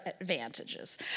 advantages